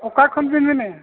ᱚᱠᱟ ᱠᱷᱚᱱ ᱵᱤᱱ ᱢᱮᱱᱮᱜᱼᱟ